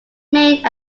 main